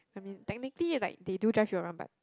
I mean technically like they do drive you around but